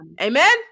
Amen